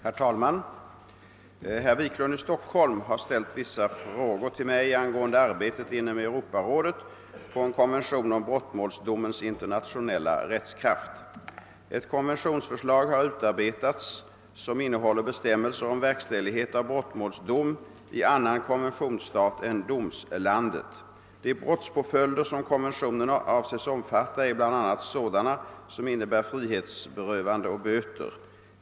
Herr talman! Herr Wiklund i Stockholm har ställt vissa frågor till mig angående arbetet inom Europarådet på en konvention om brottmålsdomens internationella rättskraft. Ett konventionsförslag har utarbetats som innehåller bestämmelser om verkställighet av brottmålsdom i annan konventionsstat än domslandet. De brottspåföljder som konventionen avses omfatta är bl.a. sådana som innebär frihetsberövande och böter.